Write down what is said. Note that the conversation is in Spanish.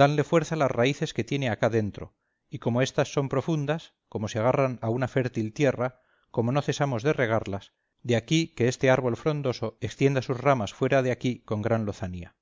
danle fuerza las raíces que tiene acá dentro y como éstas son profundas como se agarran a una fértil tierra como no cesamos de regarlas de aquí que este árbol frondoso extienda sus ramas fuera de aquí con gran lozanía